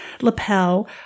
lapel